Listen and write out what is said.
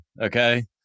Okay